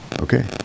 Okay